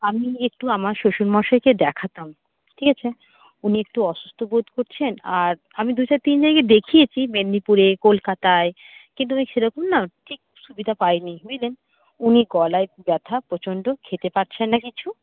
আমি একটু আমার শ্বশুরমশাইকে দেখাতাম ঠিক আছে উনি একটু অসুস্থ বোধ করছেন আর আমি দু চার তিন জায়গায় দেখিয়েছি মেদিনীপুরে কলকাতায় কিন্তু ওই সেরকম না ঠিক সুবিধা পাইনি বুঝলেন উনি গলায় ব্যথা প্রচণ্ড খেতে পারছেন না কিছু